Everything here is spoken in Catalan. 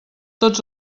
tots